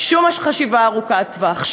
שום חשיבה ארוכת טווח,